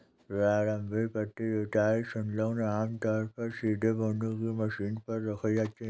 प्रारंभिक पट्टी जुताई संलग्नक आमतौर पर सीधे बोने की मशीन पर रखे जाते थे